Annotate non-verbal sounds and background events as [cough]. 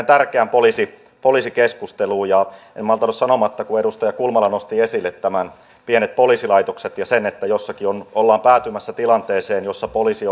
[unintelligible] tärkeään poliisikeskusteluun en malta olla sanomatta kun edustaja kulmala nosti esille pienet poliisilaitokset ja sen että jossakin ollaan päätymässä tilanteeseen jossa poliisi [unintelligible]